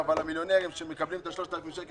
מיליונים יקבלו 3,000 שקל,